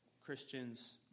Christians